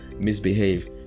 misbehave